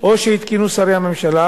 או שהתקינו שרי הממשלה,